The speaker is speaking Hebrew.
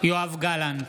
יואב גלנט,